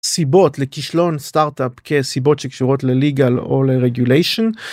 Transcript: סיבות לכשלון סטארטאפ כסיבות שקשורות לליגל או לרגוליישן.